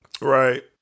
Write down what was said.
Right